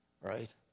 right